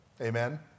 Amen